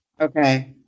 Okay